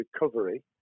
recovery